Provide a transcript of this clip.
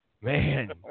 Man